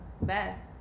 best